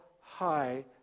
high